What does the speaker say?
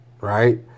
right